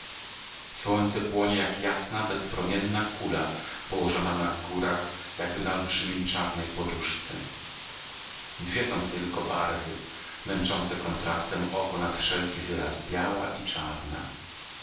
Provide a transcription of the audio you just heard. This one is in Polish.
słońce płonie jak jasna bezpromienna kula położona na górach jakby na olbrzymiej czarnej poduszce dwie są tutaj tylko barwy męczące kontrastem oko nad wszelki wyraz biała i czarna